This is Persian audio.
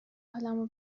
حالمو